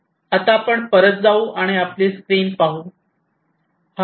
आता परत जाऊ आणि आपली स्क्रीन पाहू